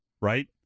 right